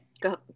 go